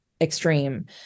extreme